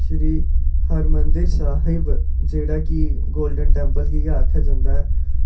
फिरी हर मंदर साहिब जेह्ड़ा कि गोल्डन टैंपल गी गै आखेआ जंदा ऐ